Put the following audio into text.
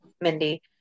Mindy